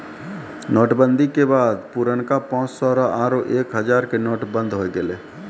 note बंदी के बाद पुरनका पांच सौ रो आरु एक हजारो के नोट बंद होय गेलै